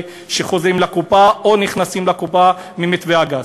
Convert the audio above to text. שחוזרים לקופה או נכנסים לקופה ממתווה הגז.